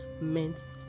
meant